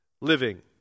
living